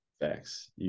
Facts